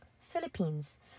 Philippines